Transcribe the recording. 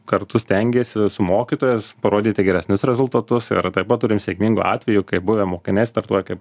kartu stengėsi mokytojas parodyti geresnius rezultatus ir taip pat turim sėkmingų atvejų kai buvę mokiniai startuoja kaip